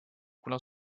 kuna